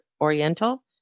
Oriental